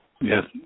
Yes